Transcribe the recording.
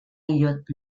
идет